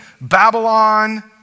Babylon